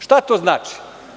Šta to znači?